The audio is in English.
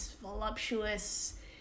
voluptuous